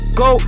go